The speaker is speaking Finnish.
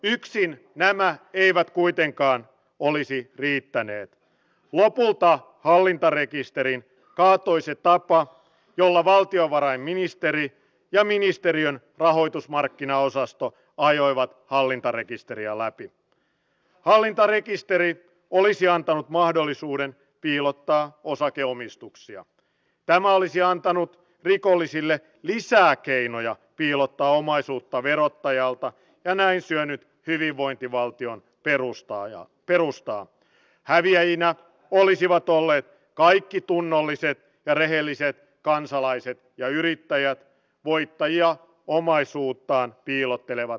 yksin nämä eivät kuitenkaan poliisi kiittäneet lopelta hallintarekisterin kaatoisi tapaa jolla valtiovarainministeri ja ministeriön minun mielestäni täysin ymmärrettävästi ja alinta rekisteriä olisi antanut mahdollisuuden täysin syystä esimerkiksi perussuomalaiset ovat esittäneet vahvan huolensa turvapaikanhakijoiden suuresta määrästä mutta näin ollen voisi kuvitella että perussuomalaiset tekisivät muun muassa kaikkensa ilmastonmuutoksen estämiseksi sekä kehitysyhteistyömäärärahojen lisäämiseksi